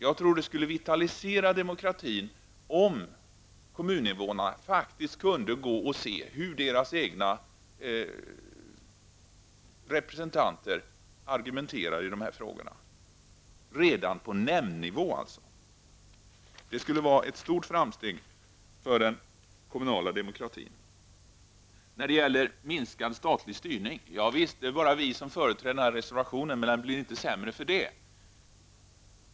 Demokratin skulle vitaliseras om kommuninvånarna redan på nämndnivå kunde gå och se hur deras egna representanter argumenterar. Det skulle innebära ett stort framsteg för den kommunala demokratin. Det är bara vi i miljöpartiet som företräder reservationen om minskad statlig styrning, menreservationen blir inte sämre för det.